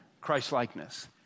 Christ-likeness